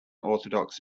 orthodox